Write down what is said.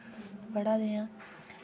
पढ़ा दे आं